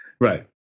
Right